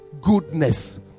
goodness